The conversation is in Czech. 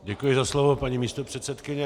Děkuji za slovo, paní místopředsedkyně.